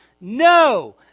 No